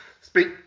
Speak